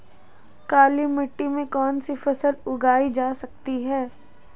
काली मिट्टी में कौनसी फसल उगाई जा सकती है?